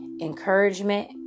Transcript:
encouragement